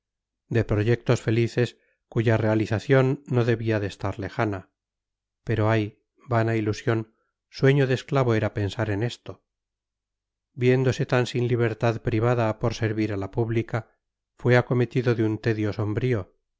de proyectos felices cuya realización no debía de estar lejana pero ay vana ilusión sueño de esclavo era pensar en esto viéndose tan sin libertad privada por servir a la pública fue acometido de un tedio sombrío